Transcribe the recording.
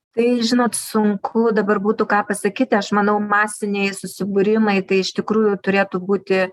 tai žinot sunku dabar būtų ką pasakyti aš manau masiniai susibūrimai tai iš tikrųjų turėtų būti